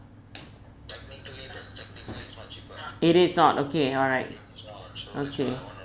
it is not okay alright okay